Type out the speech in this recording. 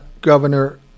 Governor